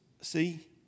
see